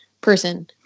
person